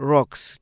Rocks